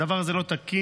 הדבר הזה לא תקין,